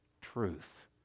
truth